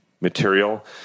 material